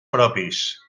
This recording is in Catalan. propis